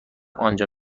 آنجا